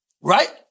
Right